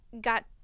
got